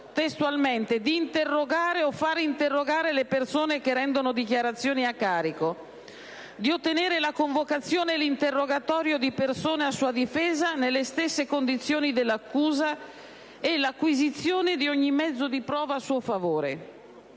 testualmente - «di interrogare o fare interrogare le persone che rendono dichiarazioni a suo carico, di ottenere la convocazione e l'interrogatorio di persone a sua difesa nelle stesse condizioni dell'accusa e l'acquisizione di ogni mezzo di prova a suo favore».